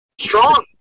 strong